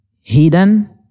hidden